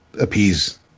appease